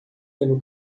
pelo